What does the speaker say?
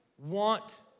want